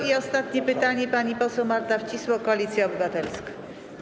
I ostatnie pytanie, pani poseł Marta Wcisło, Koalicja Obywatelska.